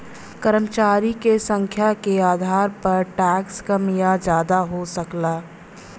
कर्मचारी क संख्या के आधार पर टैक्स कम या जादा हो सकला